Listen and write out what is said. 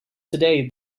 today